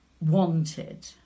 wanted